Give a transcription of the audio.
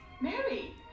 Mary